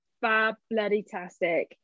fab-bloody-tastic